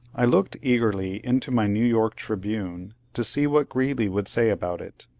i looked eagerly into my new york tribune to see what greeley would say about it.